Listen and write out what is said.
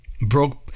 broke